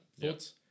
thoughts